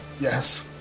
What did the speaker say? Yes